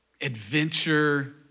adventure